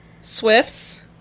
Swifts